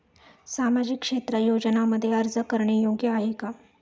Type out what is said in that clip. सामाजिक क्षेत्र योजनांमध्ये अर्ज करणे योग्य आहे का?